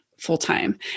full-time